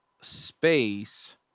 space